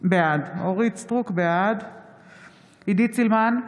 בעד עידית סילמן,